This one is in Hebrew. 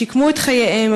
שיקמו את חייהם,